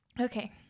Okay